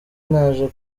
naje